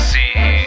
See